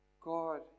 God